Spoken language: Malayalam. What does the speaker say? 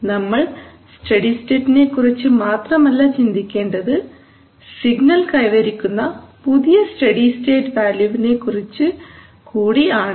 നമ്മൾ സ്റ്റഡീസ്റ്റേറ്റ് നെക്കുറിച്ച് മാത്രമല്ല ചിന്തിക്കേണ്ടത് സിഗ്നൽ കൈവരിക്കുന്ന പുതിയ സ്റ്റഡീ സ്റ്റേറ്റ് വാല്യൂവിനെ കുറിച്ചു കൂടിയാണ്